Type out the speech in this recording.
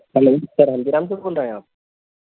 hello sir Haldiram سے بول رہے ہیں آپ